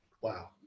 Wow